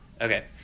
Okay